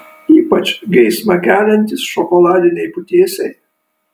ypač geismą keliantys šokoladiniai putėsiai